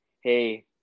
hey